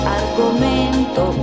argomento